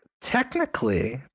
Technically